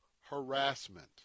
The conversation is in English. harassment